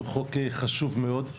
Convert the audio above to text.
הוא חוק חשוב מאוד.